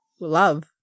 love